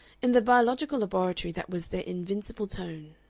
in the biological laboratory that was their invincible tone.